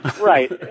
Right